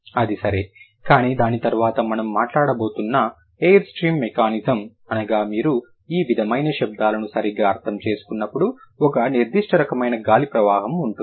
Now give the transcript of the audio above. అది సరే కానీ దాని తర్వాత మనము మాట్లాడుతున్న ఎయిర్ స్ట్రీమ్ మెకానిజం అనగా మీరు ఈ విధమైన శబ్దాలను సరిగ్గా అర్థం చేసుకున్నప్పుడు ఒక నిర్దిష్ట రకమైన గాలి ప్రవాహం ఉంటుంది